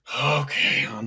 Okay